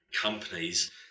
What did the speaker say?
companies